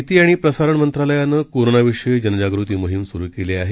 माहिती आणि प्रसारण मंत्रालयानं कोरोनाविषयी जनजागृती मोहीम सुरु केली आहे